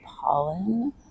pollen